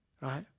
right